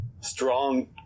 strong